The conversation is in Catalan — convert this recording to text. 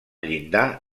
llindar